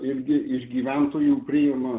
irgi iš gyventojų priima